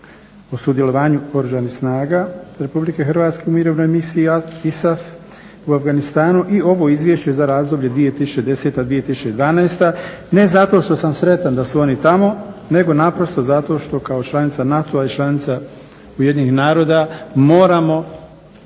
o sudjelovanju Oružanih snaga RH u Mirovnoj misiji ISAF u Afganistanu i ovo izvješće za razdoblje 2010.-2012.ne zato što sam sretan da su oni tamo nego naprosto zato što kao članica NATO-a i članica UN-a moramo